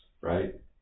right